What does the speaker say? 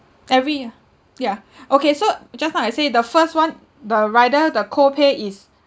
every year yeah okay so just now I say the first one the rider the co-pay is